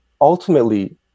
Ultimately